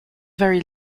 very